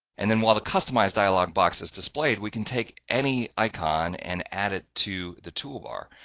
and then while the customize dialog box is displayed, we can take any icon and add it to the toolbar,